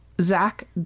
Zach